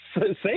Say